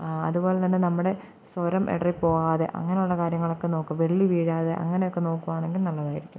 അതുപോലെതന്നെ നമ്മടെ സ്വരം ഇടറിപ്പോകാതെ അങ്ങനെയുള്ള കാര്യങ്ങളൊക്ക വെള്ളി വീഴാതെ അങ്ങനെയൊക്കെ നോക്കുവാണെങ്കിൽ നല്ലതായിരിക്കും